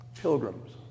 pilgrims